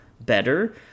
better